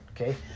Okay